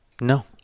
No